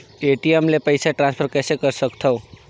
ATM ले पईसा transfer कइसे कर सकथव?